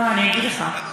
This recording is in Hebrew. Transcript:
לא, אני אגיד לך,